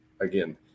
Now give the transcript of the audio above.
Again